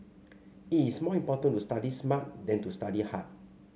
it is more important to study smart than to study hard